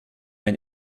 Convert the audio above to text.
ein